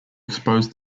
expose